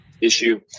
issue